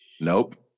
Nope